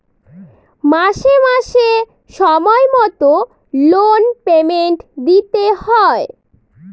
মাসে মাসে সময় মতো লোন পেমেন্ট দিতে হয়